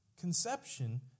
conception